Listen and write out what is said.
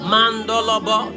Mandolobo